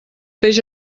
peix